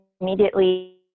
immediately